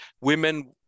women